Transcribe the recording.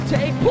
Take